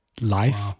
life